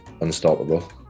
unstoppable